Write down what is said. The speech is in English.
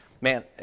man